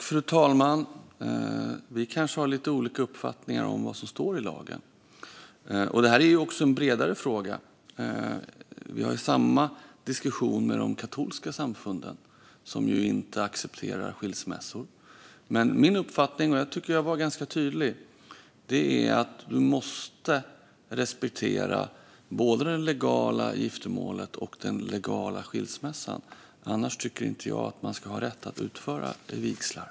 Fru talman! Vi kanske har lite olika uppfattningar om vad som står i lagen. Det här är också en bredare fråga. Vi har samma diskussioner om de katolska samfunden, som ju inte accepterar skilsmässor. Jag tycker att jag var ganska tydlig med min uppfattning: Man måste respektera både det legala giftermålet och den legala skilsmässan. Annars tycker inte jag att man ska ha rätt att utföra vigslar.